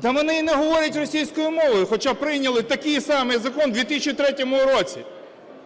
Та вони і не говорять російською мовою, хоча прийняли такий самий закон у 2003 році.